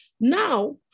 Now